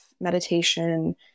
meditation